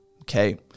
Okay